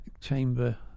chamber